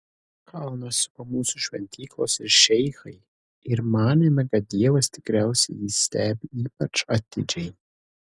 kalną supo mūsų šventyklos ir šeichai ir manėme kad dievas tikriausiai jį stebi ypač atidžiai